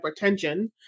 hypertension